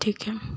ٹھیک ہے